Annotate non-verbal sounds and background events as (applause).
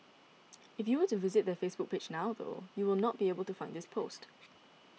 (noise) if you were to visit their Facebook page now though you will not be able to find this post